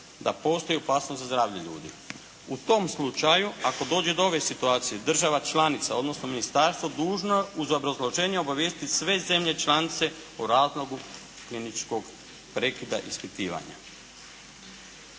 da postoji opasnost za zdravlje ljudi. U tom slučaju ako dođe do ove situacije država članica odnosno ministarstvo dužno je uz obrazloženje obavijestiti sve zemlje članice o razlogu kliničkog prekida ispitivanja.